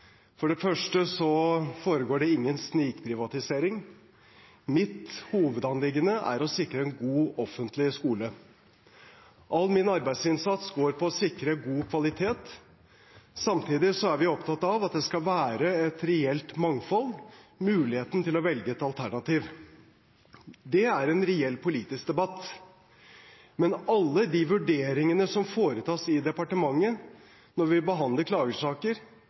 For det første foregår det ingen snikprivatisering. Mitt hovedanliggende er å sikre en god offentlig skole. All min arbeidsinnsats går til å sikre god kvalitet. Samtidig er vi opptatt av at det skal være et reelt mangfold, en mulighet til å velge et alternativ. Det er en reell politisk debatt. Men alle de vurderingene som foretas i departementet når vi behandler klagesaker,